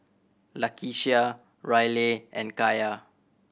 Lakeshia Raleigh and Kaia